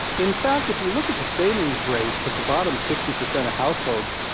in fact, if you look at the savings rates of the bottom sixty percent of households,